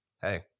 hey